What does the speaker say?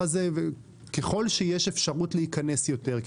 ככל שיש אפשרות להיכנס יותר,